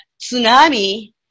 tsunami